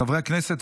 חברת הכנסת